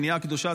מניעה קדושה,